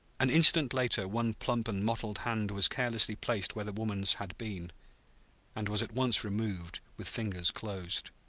an instant later one plump and mottled hand was carelessly placed where the woman's had been and was at once removed with fingers closed.